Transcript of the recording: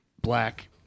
black